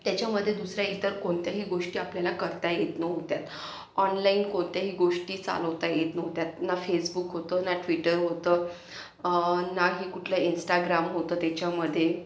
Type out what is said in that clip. त्याच्यामध्ये दुसऱ्या इतर कोणत्याही गोष्टी आपल्याला करता येत नव्हत्या ऑनलाईन कोणत्याही गोष्टी चालवता येत नव्हत्या ना फेसबुक होतं ना ट्विटर होतं ना ही कुठल्या इन्स्टाग्राम होतं त्याच्यामध्ये